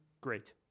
great